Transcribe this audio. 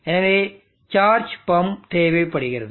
எனவே charge pump தேவைப்படுகிறது